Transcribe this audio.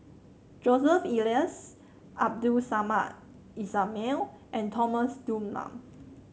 Joseph Elias Abdul Samad Ismail and Thomas Dunman